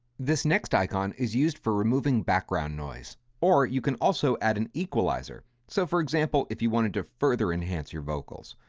this next icon is used for removing background noise or you can also add an equalizer. so for example, if you wanted to further enhance your vocals.